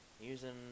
using